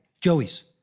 Joey's